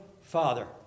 Father